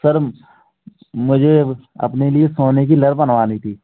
sir मुझे अपने लिए सोने की लड़ी बनवानी थी